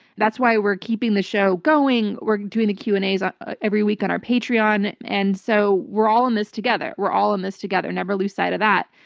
that's why we're keeping the show going, we're doing the q and as ah every week on our patreon. and so, we're all in this together. we're all in this together. never lose sight of that.